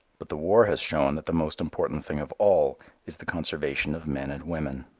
but the war has shown that the most important thing of all is the conservation of men and women.